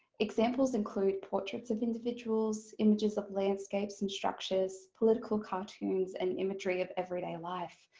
examples include portraits of individuals, images of landscapes and structures, political cartoons and imagery of everyday life.